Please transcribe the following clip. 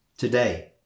Today